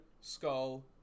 skull